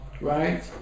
right